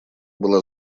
была